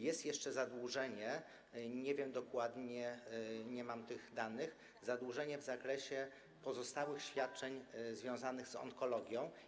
Jest jeszcze, nie wiem dokładnie, nie mam tych danych, zadłużenie w zakresie pozostałych świadczeń związanych z onkologią.